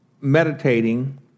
meditating